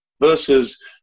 versus